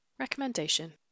Recommendation